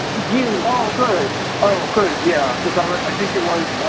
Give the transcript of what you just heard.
view. ah good, oh good. yeah because i was i think it was